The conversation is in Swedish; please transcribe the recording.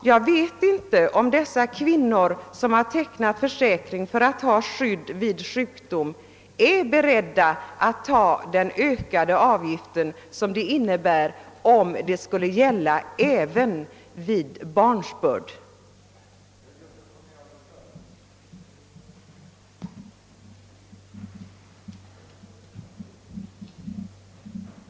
Jag vet inte om dessa kvinnor som tecknar försäkring för att ha skydd vid sjukdom är beredda att betala den ökade avgift som blir följden om försäkringen skall gälla även vid barnsbörd. Jag skulle knappast tro det.